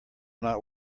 not